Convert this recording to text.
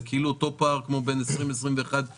זה כאילו אותו פער כמו בין 2021 ל-2020.